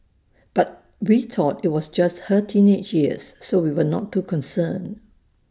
but we thought IT was just her teenage years so we were not too concerned